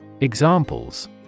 Examples